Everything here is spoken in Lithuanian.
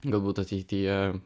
galbūt ateityje